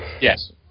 Yes